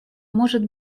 может